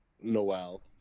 Noel